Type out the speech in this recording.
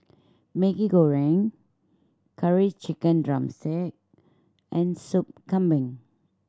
Maggi Goreng Curry Chicken drumstick and Sup Kambing